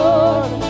Lord